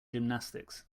gymnastics